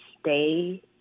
stay